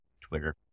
Twitter